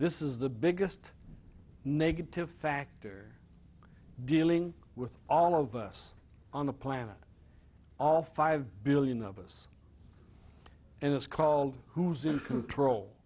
this is the biggest negative factor dealing with all of us on the planet all five billion of us and it's called who's in control